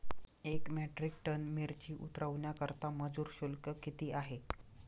एक metric tonne मिरची उतरवण्याकरता मजूर शुल्क किती आहे?